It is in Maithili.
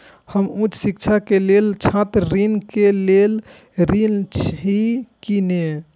हम उच्च शिक्षा के लेल छात्र ऋण के लेल ऋण छी की ने?